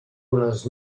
bones